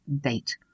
date